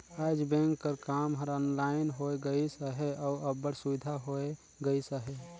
आएज बेंक कर काम हर ऑनलाइन होए गइस अहे अउ अब्बड़ सुबिधा होए गइस अहे